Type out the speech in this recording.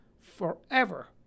forever